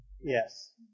Yes